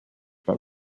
but